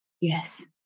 Yes